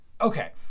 okay